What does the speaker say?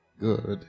good